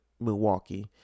Milwaukee